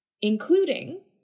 Including